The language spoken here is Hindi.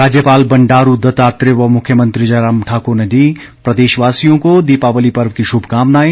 राज्यपाल बंडारू दत्तात्रेय व मुख्यमंत्री जयराम ठाकुर ने दी प्रदेशवासियों को दीपावली पर्व की शुभकामनाएं